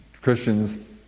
Christians